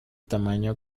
tamaño